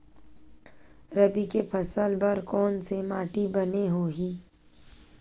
रबी के फसल बर कोन से माटी बने होही?